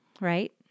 right